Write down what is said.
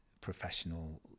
professional